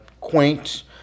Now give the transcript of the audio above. quaint